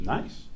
Nice